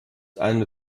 eine